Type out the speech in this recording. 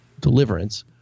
deliverance